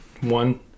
One